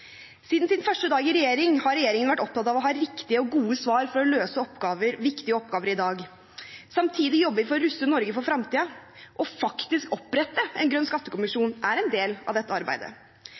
Siden sin første dag i regjering har regjeringen vært opptatt av å ha riktige og gode svar for å løse viktige oppgaver i dag. Samtidig jobber vi for å ruste Norge for fremtiden. Faktisk å opprette en grønn skattekommisjon er en del av dette arbeidet.